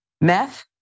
meth